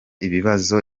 ibibazo